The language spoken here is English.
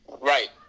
right